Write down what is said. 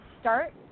start